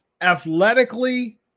athletically